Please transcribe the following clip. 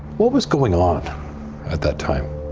what was going on at that time?